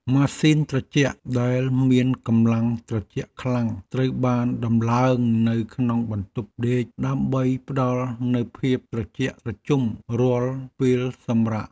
ម៉ាស៊ីនត្រជាក់ដែលមានកម្លាំងត្រជាក់ខ្លាំងត្រូវបានដំឡើងនៅក្នុងបន្ទប់ដេកដើម្បីផ្ដល់នូវភាពត្រជាក់ត្រជុំរាល់ពេលសម្រាក។